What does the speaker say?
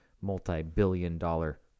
multi-billion-dollar